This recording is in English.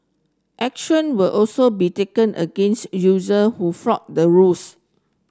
action will also be taken against user who flout the rules